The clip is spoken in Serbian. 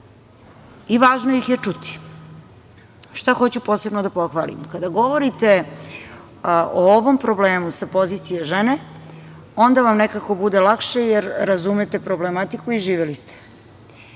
i važno ih je čuti. Šta hoću posebno da pohvalim? Kada govorite o ovom problemu sa pozicije žene, onda vam nekako bude lakše jer razumete problematiku. Zato smo